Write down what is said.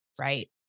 Right